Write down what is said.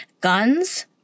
guns